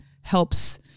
helps